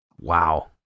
Wow